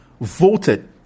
Voted